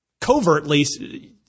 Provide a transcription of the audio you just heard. covertly –